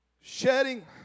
shedding